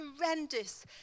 horrendous